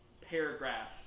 paragraph